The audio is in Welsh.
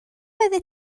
oeddet